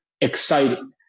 exciting